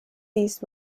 these